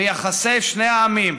ביחסי שני העמים.